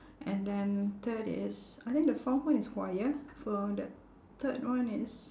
and then third is I think the fourth one is choir for the third one is